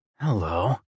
Hello